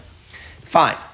Fine